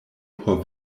por